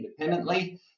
independently